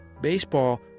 Baseball